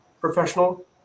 professional